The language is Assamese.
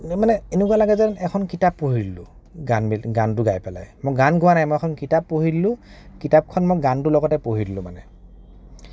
মানে এনেকুৱা লাগে যেন এখন কিতাপ পঢ়ি দিলোঁ গানটো গাই পেলাই মই গান গোৱা নাই মই এখন কিতাপ পঢ়ি দিলোঁ কিতাপখন মই গানটোৰ লগতে পঢ়ি দিলো মানে